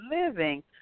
living